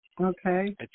okay